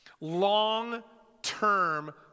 long-term